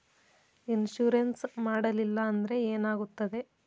Insurance ಮಾಡಲಿಲ್ಲ ಅಂದ್ರೆ ಏನಾಗುತ್ತದೆ?